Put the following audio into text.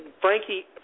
Frankie